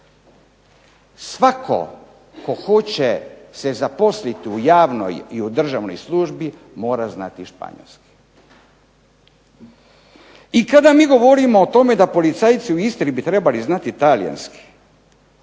svatko tko hoće se zaposliti u javnoj i u državnoj službi mora znati španjolski. I kada mi govorimo o tome da policajci u Istri bi trebali znati talijanski,